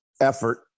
effort